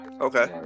Okay